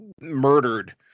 murdered